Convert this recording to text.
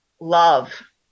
love